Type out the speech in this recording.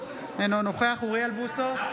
אינו נוכח אוריאל בוסו,